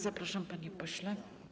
Zapraszam, panie pośle.